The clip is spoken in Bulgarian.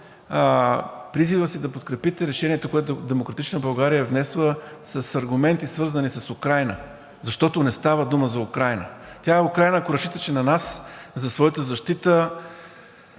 призива си да подкрепите решението, което „Демократична България“ е внесла с аргументи, свързани с Украйна, защото не става дума за Украйна. Тя, Украйна, ако разчиташе на нас за своята защита...